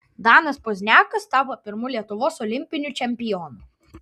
danas pozniakas tapo pirmu lietuvos olimpiniu čempionu